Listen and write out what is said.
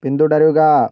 പിന്തുടരുക